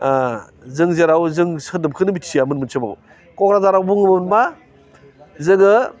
जों जेराव जों सोदोबखौनो मिथियामोन मोनसे समाव क'क्राझाराव बुङोमोन मा जोङो